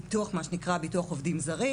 מה שנקרא ביטוח עובדים זרים.